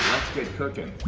get cookin'.